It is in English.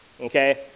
okay